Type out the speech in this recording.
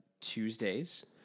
Tuesdays